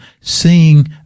seeing